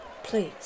Please